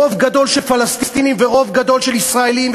רוב גדול של פלסטינים ורוב גדול של ישראלים,